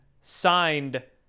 signed